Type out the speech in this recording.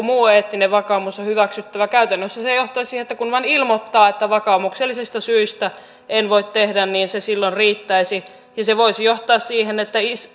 muu eettinen vakaumus on hyväksyttävä käytännössä se johtaisi siihen että kun vain ilmoittaa että vakaumuksellisista syistä en voi tehdä niin se silloin riittäisi ja se voisi johtaa siihen että iso